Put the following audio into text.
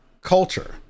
culture